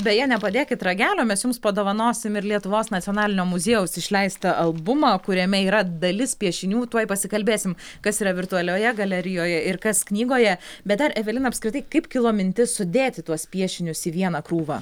beje nepadėkit ragelio mes jums padovanosim ir lietuvos nacionalinio muziejaus išleistą albumą kuriame yra dalis piešinių tuoj pasikalbėsim kas yra virtualioje galerijoje ir kas knygoje bet dar evelina apskritai kaip kilo mintis sudėti tuos piešinius į vieną krūvą